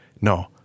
no